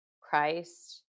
Christ